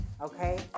Okay